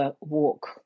walk